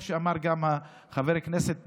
איך אמר גם חבר הכנסת דרעי,